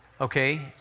okay